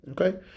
Okay